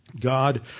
God